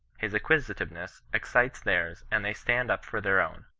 his acquisitiveness excites theirs and they stand up for their own.